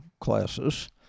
classes